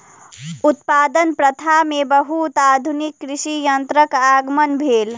उत्पादन प्रथा में बहुत आधुनिक कृषि यंत्रक आगमन भेल